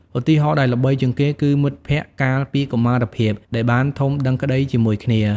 ឧទាហរណ៍ដែលល្បីជាងគេគឺមិត្តភក្តិកាលពីកុមារភាព ដែលបានធំដឹងក្តីជាមួយគ្នា។